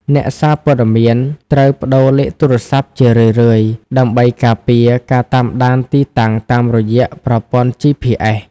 អ្នកសារព័ត៌មានត្រូវប្តូរលេខទូរស័ព្ទជារឿយៗ ដើម្បីការពារការតាមដានទីតាំងតាមរយៈប្រព័ន្ធ GPS។